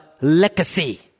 legacy